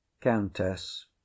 Countess